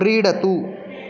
क्रीडतु